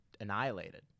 Annihilated